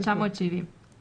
בסעיף 223 לחוק הביטוח הלאומי,